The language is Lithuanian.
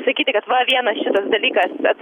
sakyti kad va vienas šitas dalykas bet